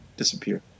disappear